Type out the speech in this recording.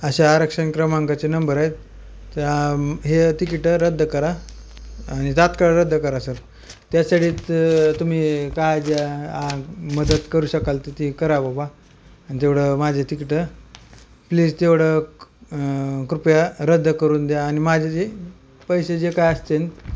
असे आरक्षण क्रमांकाचे नंबर आहेत तर हे तिकिटं रद्द करा आणि तात्काळ रद्द करा सर त्यासाठी तर तुम्ही काय ज्या मदत करू शकाल तर ती करा बाबा आणि तेवढं माझे तिकिटं प्लीज तेवढं कृपया रद्द करून द्या आणि माझे जे पैसे जे काय असतील